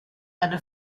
eine